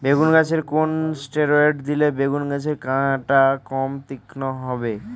বেগুন গাছে কোন ষ্টেরয়েড দিলে বেগু গাছের কাঁটা কম তীক্ষ্ন হবে?